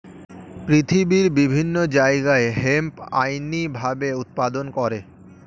পৃথিবীর বিভিন্ন জায়গায় হেম্প আইনি ভাবে উৎপাদন করে